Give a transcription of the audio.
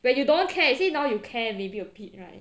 when you don't care you see now you care maybe a bit right